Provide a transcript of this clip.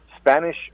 Spanish